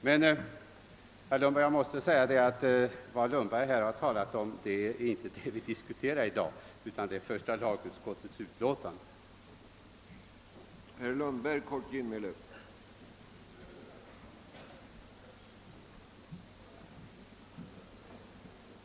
Men vad herr Lundberg talar om nu är något annat än vad vi skall diskutera, nämligen första lagutskottets utlåtande nr 47.